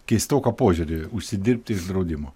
keistoką požiūrį užsidirbti iš draudimo